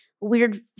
weird